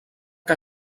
que